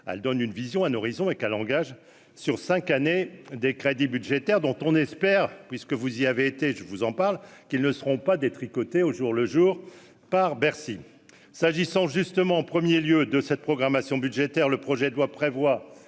elle donne une vision, un horizon et qu'langage sur 5 années, des crédits budgétaires dont on espère, puisque vous y avait été, je vous en parle qu'ils ne seront pas détricoter au jour le jour par Bercy, s'agissant justement en 1er lieu de cette programmation budgétaire le projet de loi prévoit